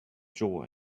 joy